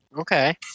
Okay